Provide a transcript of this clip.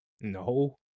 No